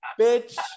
bitch